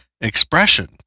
expression